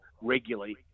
regularly